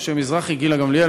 משה מזרחי וגילה גמליאל,